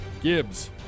Gibbs